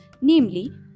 namely